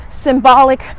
symbolic